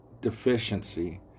deficiency